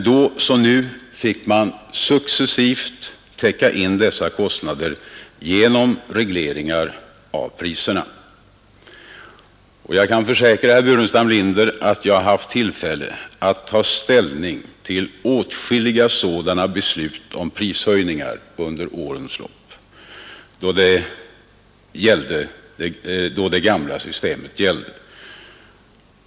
Då som nu fick man successivt täcka in dessa kostnadsökningar genom reglering av priserna. Jag kan försäkra herr Burenstam Linder att jag under årens lopp, då vi hade det gamla systemet, hade tillfälle att ta ställning till åtskilliga beslut om prishöjningar.